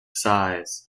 size